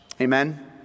Amen